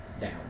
down